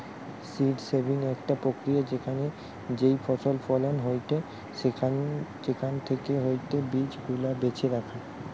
seed saving একটা প্রক্রিয়া যেখানে যেই ফসল ফলন হয়েটে সেখান হইতে বীজ গুলা বেছে রাখা